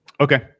okay